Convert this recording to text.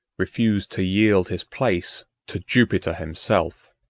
refused to yield his place to jupiter himself.